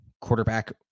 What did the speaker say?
quarterback